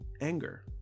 anger